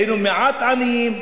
היינו מעט עניים,